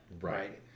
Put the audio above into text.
Right